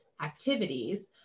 activities